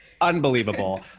unbelievable